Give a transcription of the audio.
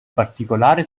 particolare